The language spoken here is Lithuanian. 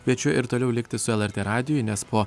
kviečiu ir toliau likti su lrt radijui nes po